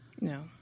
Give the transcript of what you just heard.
No